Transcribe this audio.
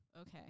Okay